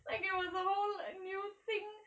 like it was whole new thing